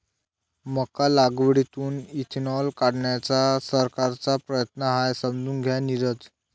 मका लागवडीतून इथेनॉल काढण्याचा सरकारचा प्रयत्न आहे, समजून घ्या नीरज